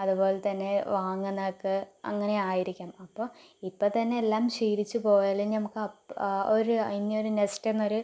അതുപോലെത്തന്നെ വാങ്ങുന്നതൊക്കെ അങ്ങനെ ആയിരിക്കണം അപ്പോൾ ഇപ്പോൾ തന്നെ എല്ലാം ശീലിച്ചു പോയാലും നമുക്ക് അപ്പോൾ ആ ഒരു ഇനി ഒരു നെക്സ്റ്റ് എന്നൊരു